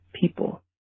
people